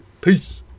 Peace